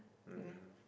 you leh